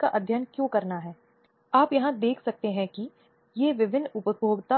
का गठन अस्तित्व हुआ